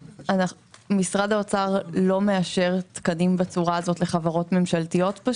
משרד האוצר לא מאשר תקנים בצורה הזו לחברות ממשלתיות.